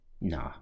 Nah